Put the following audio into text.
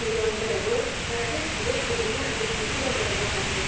miró en derredor para ver si descubría algun sitio donde recogerse